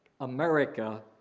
America